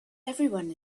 everyone